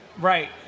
Right